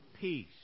Peace